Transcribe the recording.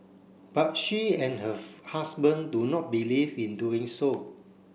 but she and her husband do not believe in doing so